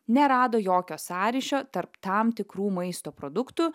nerado jokio sąryšio tarp tam tikrų maisto produktų